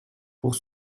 pour